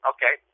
Okay